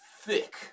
thick